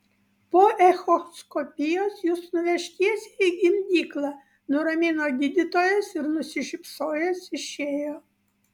po echoskopijos jus nuveš tiesiai į gimdyklą nuramino gydytojas ir nusišypsojęs išėjo